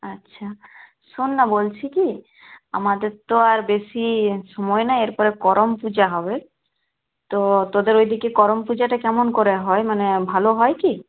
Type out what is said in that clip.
আচ্ছা শোন না বলছি কি আমাদের তো আর বেশি সময় নাই এরপর করম পূজা হবে তো তোদের ওইদিকে করম পূজাটা কেমন করে হয় মানে ভালো হয় কি